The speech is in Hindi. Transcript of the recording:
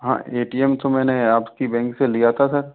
हाँ ए टी एम तो मैंने आपकी बैंक से लिया था सर